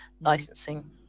licensing